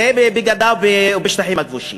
זה בגדה או בשטחים הכבושים.